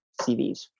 CVs